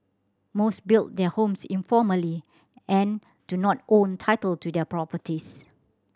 most built their homes informally and do not own title to their properties